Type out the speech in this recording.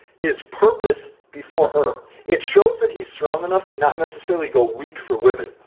his purpose before her, it shows that he's strong enough to not necessarily go weak for women.